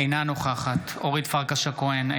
אינה נוכחת אורית פרקש הכהן,